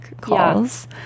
calls